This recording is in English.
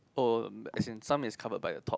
oh as in some is covered by the top